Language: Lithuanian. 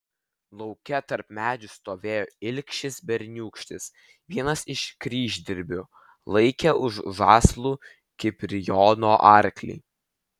lauke tarp medžių stovėjo ilgšis berniūkštis vienas iš kryždirbių laikė už žąslų kiprijono arklį